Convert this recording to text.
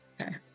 Okay